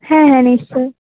হ্যাঁ হ্যাঁ নিশ্চয়